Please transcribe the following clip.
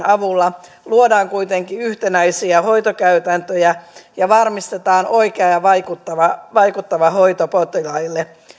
avulla luodaan kuitenkin yhtenäisiä hoitokäytäntöjä ja varmistetaan oikea ja vaikuttava hoito potilaille